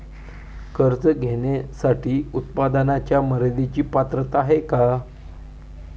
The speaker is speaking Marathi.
कर्ज घेण्यासाठी उत्पन्नाच्या मर्यदेची पात्रता आहे का?